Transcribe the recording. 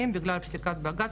נציב תלונות הציבור של השופטים,